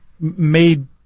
made